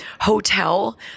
hotel